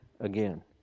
again